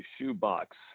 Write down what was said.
shoebox